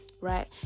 right